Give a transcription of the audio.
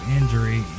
injury